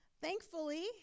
Thankfully